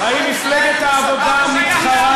האם מפלגת העבודה מתחרה